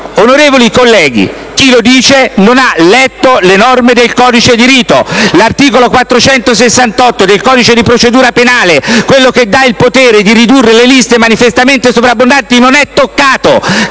Onorevoli colleghi, chi lo dice non ha letto le norme del codice di rito. L'articolo 468 del codice di procedura penale, quello che dà il potere di ridurre le liste manifestamente sovrabbondanti, non è toccato!